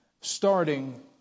starting